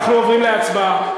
אנחנו עוברים להצבעה.